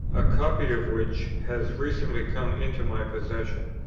a copy of which has recently come into my possession.